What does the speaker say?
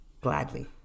Gladly